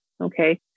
Okay